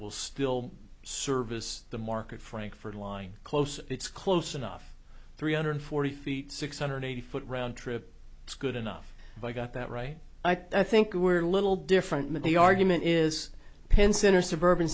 will still service the market frankford line close it's close enough three hundred forty feet six hundred eighty foot roundtrip is good enough but i got that right i think we're a little different but the argument is penn center suburban